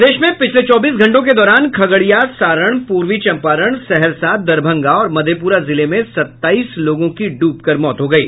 प्रदेश में पिछले चौबीस घंटों के दौरान खगड़िया सारण पूर्वी चंपारण सहरसा दरभंगा और मधेपुरा जिले में सत्ताईस लोगों की ड्रबकर मौत हो गयी